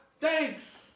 thanks